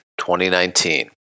2019